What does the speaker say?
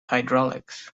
hydraulics